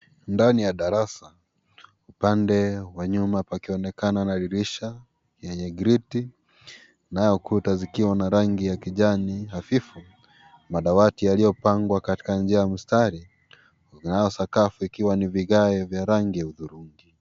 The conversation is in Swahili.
Ndani ya darasa upande wa nyuma pakionekana na dirisha yenye griti nayo kuta zikiwa na rangi ya kijani hafifu, madawati yaliyopangwa katika njia ya mstari nayo sakafu ikiwa ni vigae vya rangi hudhurungi.